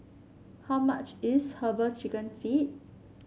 how much is herbal chicken feet